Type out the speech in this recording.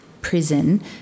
prison